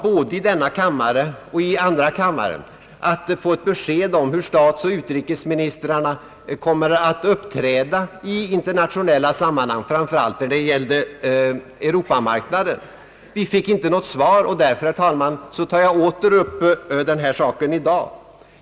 Både i denna kammare och i andra kammaren framfördes krav på besked om hur statsoch utrikesministrarna kommer att uppträda när det gäller Europamarknaden. Vi fick inte något svar, och därför, herr talman, tar jag åter upp den här saken i dag.